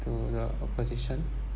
to the opposition